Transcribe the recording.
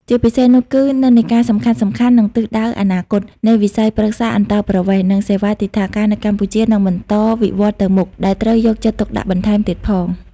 ជាពិសេសនោះគឺ និន្នាការសំខាន់ៗ និងទិសដៅអនាគត នៃវិស័យប្រឹក្សាអន្តោប្រវេសន៍ និងសេវាទិដ្ឋាការនៅកម្ពុជានឹងបន្តវិវឌ្ឍន៍ទៅមុខ ដែលត្រូវយកចិត្តទុកដាក់បន្ថែមទៀតផង។